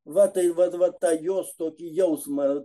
va tai vat va ta jos tokį jausmą